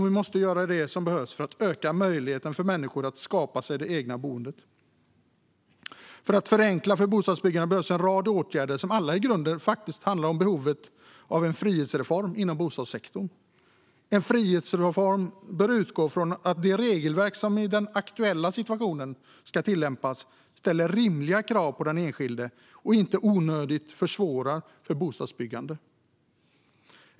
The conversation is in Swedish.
Vi måste göra det som behövs för att öka möjligheten för människor att skapa sig det egna boendet. För att förenkla för bostadsbyggandet behövs en rad åtgärder som alla i grunden handlar om behovet av en frihetsreform inom bostadssektorn. En frihetsreform bör utgå från att det regelverk som i den aktuella situationen ska tillämpas ställer rimliga krav på den enskilde och inte onödigt försvårar för bostadsbyggandet.